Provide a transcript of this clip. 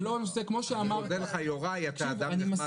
אני מודה לך, יוראי, אתה אדם נחמד.